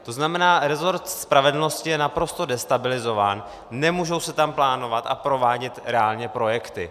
To znamená, rezort spravedlnosti je naprosto destabilizován, nemůžou se tam plánovat a provádět reálně projekty.